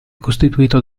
costituito